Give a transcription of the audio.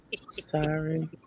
Sorry